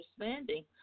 understanding